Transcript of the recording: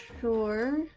sure